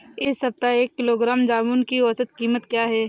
इस सप्ताह एक किलोग्राम जामुन की औसत कीमत क्या है?